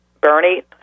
Bernie